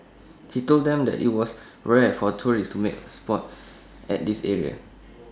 he told them that IT was rare for tourists to make A spot at this area